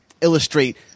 illustrate